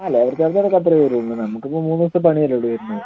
ആ ലേബർ ചാർജ്ജടക്കം അത്രയേ വരികയുള്ളു നമുക്കിപ്പോൾ മൂന്ന് ദിവസത്തെ പണിയല്ലേ ഉള്ളു വരുന്നത്